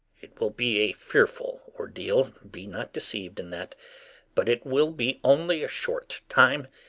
it will be a fearful ordeal be not deceived in that but it will be only a short time,